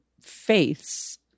faiths